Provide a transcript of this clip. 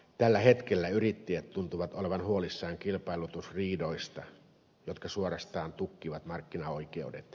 tällä hetkellä yrittäjät tuntuvat olevan huolissaan kilpailutusriidoista jotka suorastaan tukkivat markkinaoikeudet